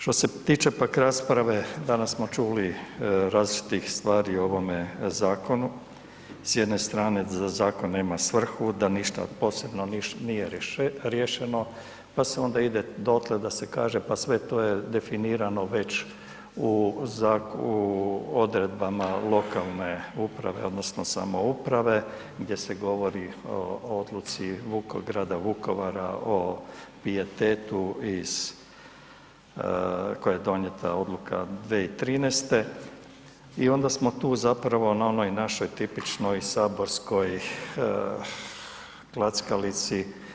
Što se tiče pak rasprave, danas smo čuli različitih stvari o ovome zakonu, s jedne strane da zakon nema svrhu, da ništa od posebno nije riješeno, pa se onda ide dotle da se kaže, pa sve to je definirano već u, u odredbama lokalne uprave odnosno samouprave gdje se govori o odluci grada Vukovara o pijetetu iz, koje je donijeta odluka 2013. i onda smo tu zapravo na onoj našoj tipičnoj saborskoj klackalici.